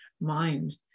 mind